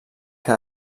que